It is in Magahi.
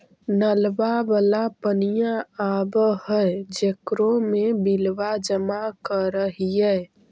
नलवा वाला पनिया आव है जेकरो मे बिलवा जमा करहिऐ?